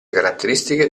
caratteristiche